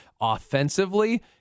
offensively